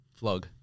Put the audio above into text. vlog